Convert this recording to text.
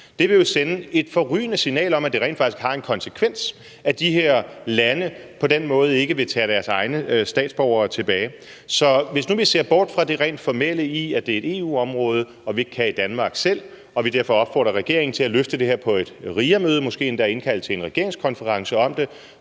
Det vil jo sende et forrygende signal om, at det rent faktisk har en konsekvens, at de her lande på den måde ikke vil tage deres egne statsborgere tilbage. Så hvis nu vi ser bort fra det rent formelle i, at det er et EU-område og vi i Danmark ikke kan gøre det selv, og vi derfor opfordrer regeringen til at løfte det her på et RIA-møde og måske endda indkalde til en regeringskonference om det,